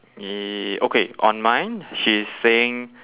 ye~ okay on mine she is saying